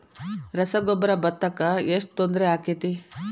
ರಸಗೊಬ್ಬರ, ಭತ್ತಕ್ಕ ಎಷ್ಟ ತೊಂದರೆ ಆಕ್ಕೆತಿ?